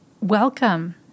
welcome